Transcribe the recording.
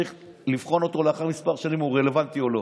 צריך לבחון אותו אחרי כמה שנים אם הוא רלוונטי או לא,